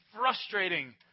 frustrating